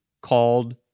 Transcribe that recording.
called